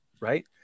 Right